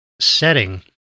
setting